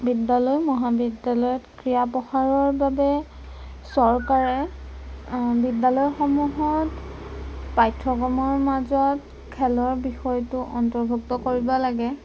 বিদ্যালয় মহাবিদ্যালয়ত ক্ৰীড়া প্ৰসাৰৰ বাবে চৰকাৰে বিদ্যালয়সমূহত পাঠ্যক্ৰমৰ মাজত খেলৰ বিষয়টো অন্তৰ্ভুক্ত কৰিব লাগে